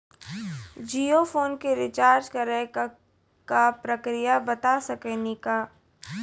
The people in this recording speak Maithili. जियो फोन के रिचार्ज करे के का प्रक्रिया बता साकिनी का?